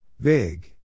Big